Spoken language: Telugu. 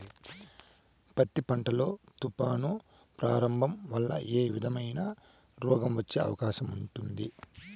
పత్తి పంట లో, తుఫాను ప్రభావం వల్ల ఏ విధమైన రోగం వచ్చే అవకాశం ఉంటుంది?